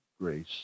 grace